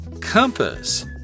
Compass